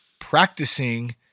practicing